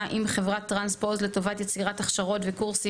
עם חברת טרנספוז לטובת יצירת הכשרות וקורסים